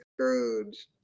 Scrooge